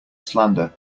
slander